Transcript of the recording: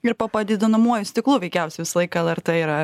ir po padidinamuoju stiklu veikiausiai visą laiką lrt yra